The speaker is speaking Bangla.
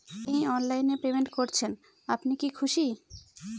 এই অনলাইন এ পেমেন্ট করছেন আপনি কি খুশি?